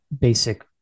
basic